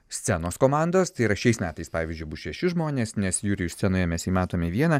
scenos komandos tai yra šiais metais pavyzdžiui bus šeši žmonės nes jurijų scenoje mes jį matome vieną